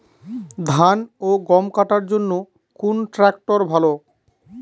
ধান ও গম কাটার জন্য কোন ট্র্যাক্টর ভালো?